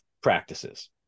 practices